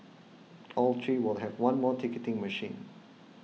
all three will have one more ticketing machine